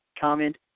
comment